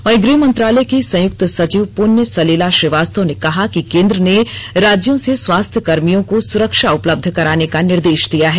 वहीं गृह मंत्रालय की संयुक्त सचिव पुण्य सलिला श्रीवास्तव ने कहा कि केंद्र ने राज्यों से स्वास्थ्यकर्मियों को सुरक्षा उपलब्ध कराने का निर्देष दिया है